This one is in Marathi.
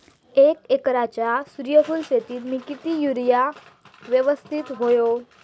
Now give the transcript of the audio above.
एक एकरच्या सूर्यफुल शेतीत मी किती युरिया यवस्तित व्हयो?